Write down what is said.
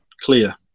clear